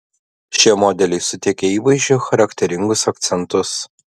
šie modeliai suteikia įvaizdžiui charakteringus akcentus